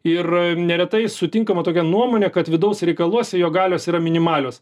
ir neretai sutinkama tokia nuomonė kad vidaus reikaluose jo galios yra minimalios